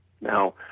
Now